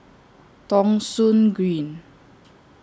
Thong Soon Green